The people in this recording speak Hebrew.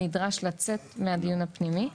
נדרש לצאת מהדיון הפנימי.